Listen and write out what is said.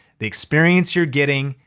the experience you're getting,